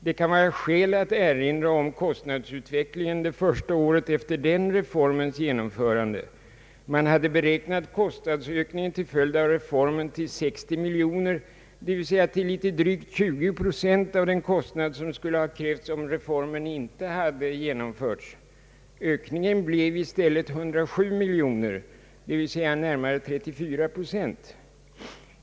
Det kan vara skäl att erinra om kostnadsutvecklingen det första året efter den reformens genomförande. Man hade beräknat kostnadsökningen till följd av reformen till 60 miljoner kronor, d.v.s. till litet drygt 20 procent av den kostnad som skulle ha uppstått om reformen inte hade genomförts. Ökningen blev i stället 107 miljoner kronor, d.v.s. närmare 34 procent.